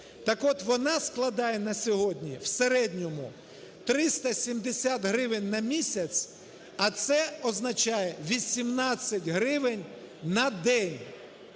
Так от, вона складає на сьогодні в середньому 370 гривень на місяць, а це означає 18 гривень на день.